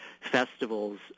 festivals